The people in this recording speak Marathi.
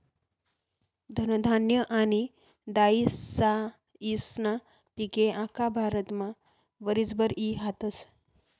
धनधान्य आनी दायीसायीस्ना पिके आख्खा भारतमा वरीसभर ई हातस